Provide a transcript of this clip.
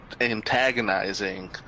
antagonizing